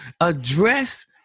address